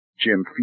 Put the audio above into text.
Jim